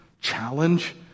challenge